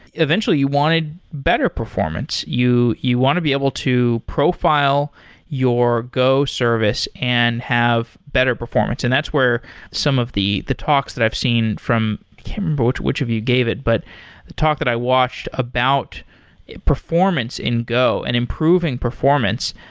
eventually you wanted better performance. you you want to be able to profile your go service and have better performance. and that's where some of the the talks that i've seen from i can't remember which of you gave it, but a talk that i watched about performance in go and improving performance,